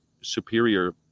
superior